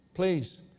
Please